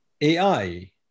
AI